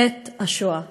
את השואה.